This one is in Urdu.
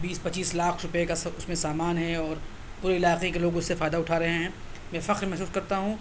بیس پچیس لاکھ روپیے کا اس میں سامان ہے اور پورے علاقے کے لوگ اس سے فائدہ اٹھا رہے ہیں میں فخر محسوس کرتا ہوں